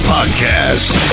Podcast